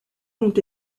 ont